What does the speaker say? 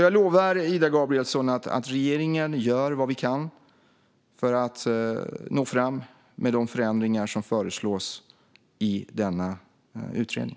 Jag lovar Ida Gabrielsson att regeringen gör vad vi kan för att nå fram med de förändringar som föreslås i denna utredning.